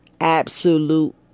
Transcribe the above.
Absolute